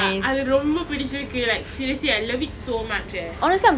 அது ரொம்ப பிடிச்சிருக்கு:athu romba pidichirukku like seriously I love it so much eh